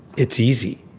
it's easy,